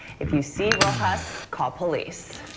if you see rojas call police.